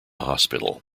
hospital